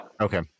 okay